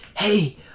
Hey